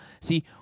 See